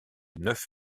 neuf